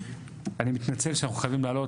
אני מתנצל שאנחנו חייבים לעלות.